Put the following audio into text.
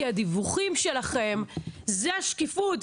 כי הדיווחים שלכם זה שקיפות.